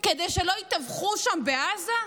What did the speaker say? כדי שלא ייטבחו שם בעזה?